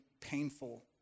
painful